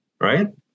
Right